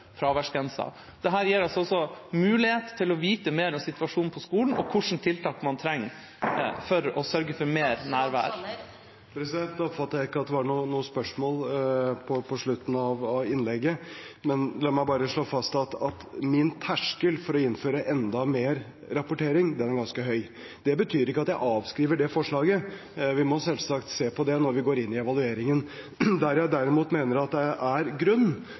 fraværsgrensa ble innført. Dette gir oss også muligheter til å få vite mer om situasjonen på skolen og mer om hva slags tiltak man trenger for å sørge for mer nærvær. Jeg oppfattet ikke at det var et spørsmål på slutten av innlegget. La meg bare slå fast at min terskel for å innføre enda mer rapportering er ganske høy. Det betyr ikke at jeg avskriver det forslaget. Vi må selvsagt se på det når vi går inn i evalueringen. Der jeg derimot mener at det er grunn